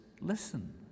listen